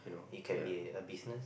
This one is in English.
it can be a business